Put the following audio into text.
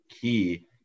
key